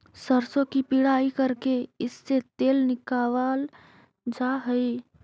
सरसों की पिड़ाई करके इससे तेल निकावाल जा हई